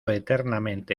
eternamente